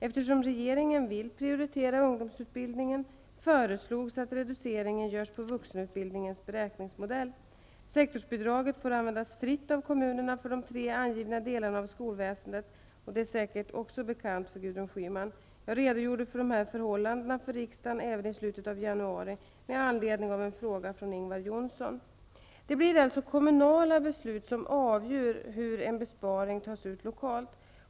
Eftersom regeringen vill prioritera ungdomsutbildningen föreslogs att reduceringen görs på vuxenutbildningens beräkningsmodell. Sektorsbidraget får användas fritt av kommunerna för de tre angivna delarna av skolväsendet. Detta är säkert redan bekant för Gudrun Schyman. Jag redogjorde för dessa förhållanden för riksdagen även i slutet av januari med anledning av en fråga från Ingvar Johnsson. Det blir alltså kommunala beslut som avgör hur en besparing tas ut lokalt.